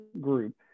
group